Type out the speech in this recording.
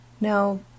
Now